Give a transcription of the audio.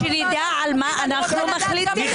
שנדע על מה אנחנו מחליטים.